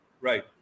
Right